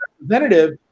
representative